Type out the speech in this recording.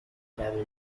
family